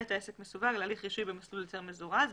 העסק מסווג להליך רישוי במסלול היתר מזורז,